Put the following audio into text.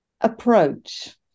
approach